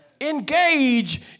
engage